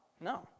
No